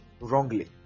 wrongly